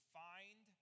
find